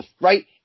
right